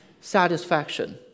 satisfaction